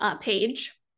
page